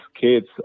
kids